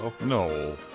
No